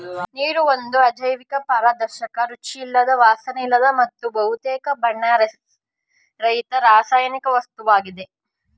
ನೀರು ಒಂದು ಅಜೈವಿಕ ಪಾರದರ್ಶಕ ರುಚಿಯಿಲ್ಲದ ವಾಸನೆಯಿಲ್ಲದ ಮತ್ತು ಬಹುತೇಕ ಬಣ್ಣರಹಿತ ರಾಸಾಯನಿಕ ವಸ್ತುವಾಗಿದೆ